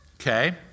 Okay